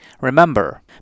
Remember